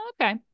Okay